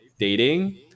dating